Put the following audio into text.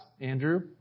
Andrew